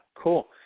cool